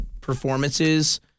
performances